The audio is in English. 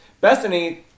Bethany